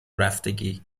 رفتگی